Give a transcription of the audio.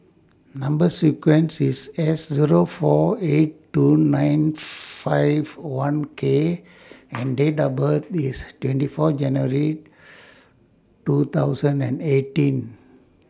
Number sequence IS S Zero four eight two nine five one K and Date of birth IS twenty four January two thousand and eighteen